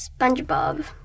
SpongeBob